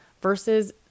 versus